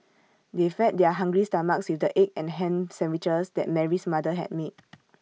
they fed their hungry stomachs with the egg and Ham Sandwiches that Mary's mother had made